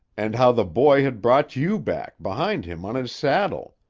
and how the boy had brought you back behind him on his saddle.